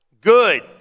good